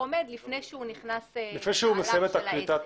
הוא עומד לפני שהוא נכנס למהלך של העסק.